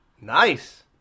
Nice